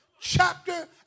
chapter